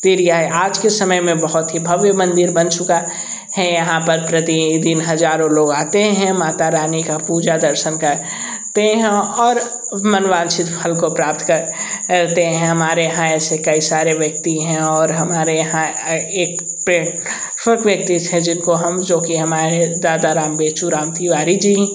दिर यह आज के समय में यह बहुत ही भव्य मंदिर बन चुका है यहाँ पर प्रत्येक दिन हजारों लोग आते हैं माता रानी का पूजा दर्शन कर ते हैं और मनवांछित फल को प्राप्त करते हैं हमारे यहाँ ऐसे कई सारे व्यक्ति हैं और हमारे यहाँ एक व्यक्ति थे जिनको हम जोकि हमारे दादा राम बेचूराम तिवारी